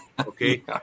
okay